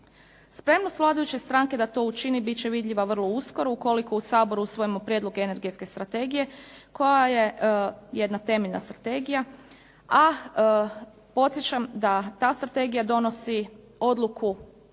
Spremnost vladajuće stranke da to učini bit će vidljiva vrlo uskoro ukoliko u Saboru usvojimo Prijedlog energetske strategije koja je jedna temeljna strategija a podsjećam da ta strategija donosi odluku doduše